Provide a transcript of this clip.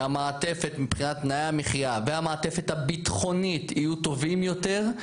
שהמעטפת מבחינת תנאי המחיה והמעטפת הביטחונית יהיו טובים יותר,